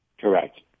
Correct